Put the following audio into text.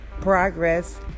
progress